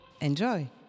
Enjoy